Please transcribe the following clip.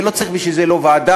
ולא צריך בשביל זה לא ועדה,